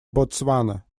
botswana